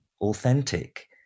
authentic